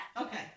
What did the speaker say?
Okay